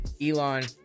Elon